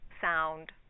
sound